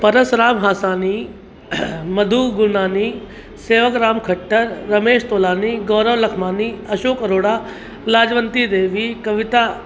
Parasram Hasani Madhu Gurnani Sevakram Kattar Ramesh Tolani Gaurav Lakhmani Ashok Arora Lajwanti Devi Kavita